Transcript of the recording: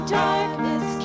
darkness